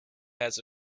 has